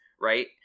Right